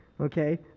Okay